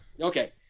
Okay